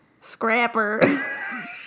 Scrapper